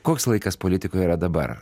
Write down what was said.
koks laikas politikoj yra dabar